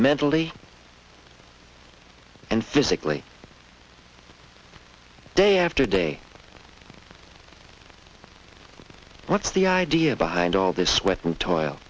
mentally and physically day after day what's the idea behind all this with toil